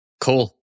Cool